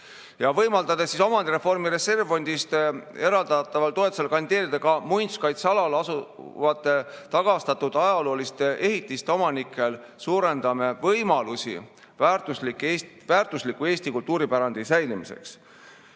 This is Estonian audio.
ja võimaldada omandireformi reservfondist eraldatavale toetusele kandideerida ka muinsuskaitsealadel asuvate tagastatud ajalooliste ehitiste omanikel. Nii suurendame võimalusi väärtusliku Eesti kultuuripärandi säilitamiseks,